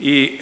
i